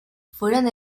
fueron